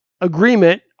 agreement